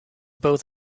both